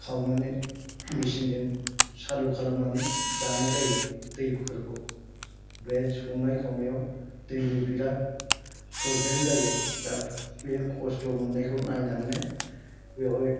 खावनानै मेचिनजों सालु खालामनानै जानाय जायो दैफोरखौ बे संनाय खावनायाव दैनि बिराद प्रब्लेम जायो दा बे खस्थ' मोननायखौ नायनाननो बेवहाय